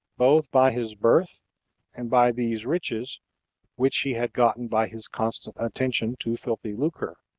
both by his birth and by these riches which he had gotten by his constant attention to filthy lucre